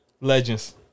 Legends